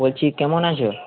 বলছি কেমন আছো